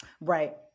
Right